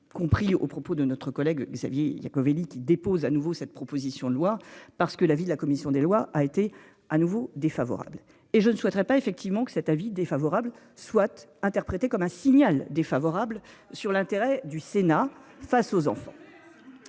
compris aux propos de notre collègue Xavier il Iacovelli qui dépose à nouveau cette proposition de loi parce que la avis de la commission des lois a été à nouveau défavorable et je ne souhaiterais pas effectivement que cet avis défavorable soit interprétée comme un signal défavorable sur l'intérêt du Sénat face aux enfants.